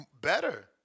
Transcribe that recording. better